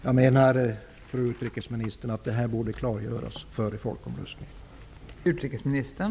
Jag menar, fru utrikesminister, att detta borde klargöras före folkomröstningen.